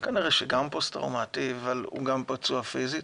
כנראה שגם פוסט-טראומתי, אבל הוא גם פצוע פיזית.